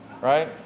right